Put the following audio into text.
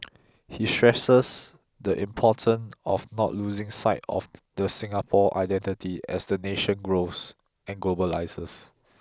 he stresses the importance of not losing sight of the Singapore identity as the nation grows and globalises